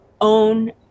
own